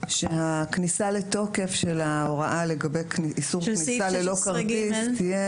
שהכניסה לתוקף של ההוראה לגבי איסור כניסה ללא כרטיס תהיה